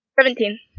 Seventeen